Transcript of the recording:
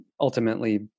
ultimately